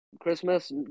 Christmas